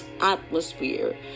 atmosphere